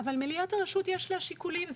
אבל מליאת הרשות יש לה שיקולים.